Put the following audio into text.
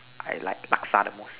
I like Laksa the most